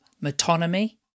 metonymy